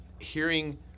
hearing